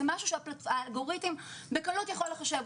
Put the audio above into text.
זה משהו שהאלגוריתם בקלות יכול לחשב.